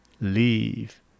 leave